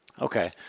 Okay